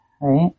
right